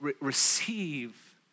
receive